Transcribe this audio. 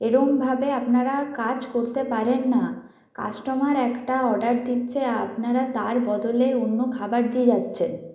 এরমভাবে আপনারা কাজ করতে পারেন না কাস্টমার একটা অর্ডার দিচ্ছে আপনারা তার বদলে অন্য খাবার দিয়ে যাচ্ছেন